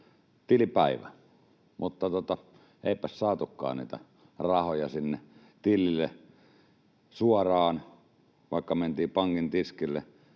tilipäivä. Mutta eipäs saatukaan niitä rahoja sinne tilille suoraan, vaikka mentiin pankin tiskille,